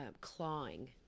clawing